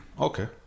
Okay